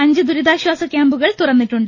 അഞ്ച് ദുരിതാശ്വാസ ക്യാമ്പുകൾ തുറന്നിട്ടുണ്ട്